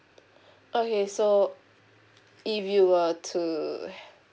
okay so if you were to